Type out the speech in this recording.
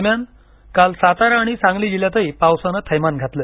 दरम्यान काल सातारा आणि सांगली जिल्ह्यातही पावसानं थैमान घातलं